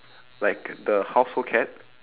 like the household cat